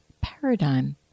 paradigm